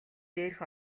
дээрх